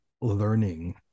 learning